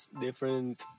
different